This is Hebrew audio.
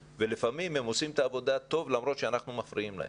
ולפעמים הם עושים את העבודה טוב למרות שאנחנו מפריעים להם.